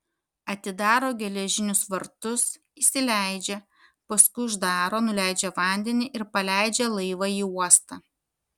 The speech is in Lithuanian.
atidaro geležinius vartus įsileidžia paskui uždaro nuleidžia vandenį ir paleidžia laivą į uostą